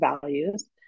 values